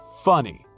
funny